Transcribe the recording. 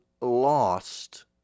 lost